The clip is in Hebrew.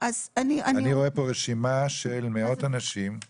אני רואה פה רשימה עם מאות אנשים,